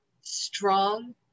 strong